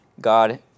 God